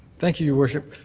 thank you, your worship.